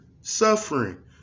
suffering